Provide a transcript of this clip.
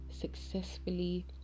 successfully